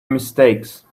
mistakes